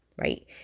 right